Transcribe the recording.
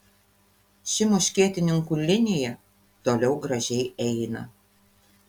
ši muškietininkų linija toliau gražiai eina